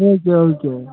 okay okay